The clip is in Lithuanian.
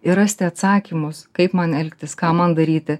ir rasti atsakymus kaip man elgtis ką man daryti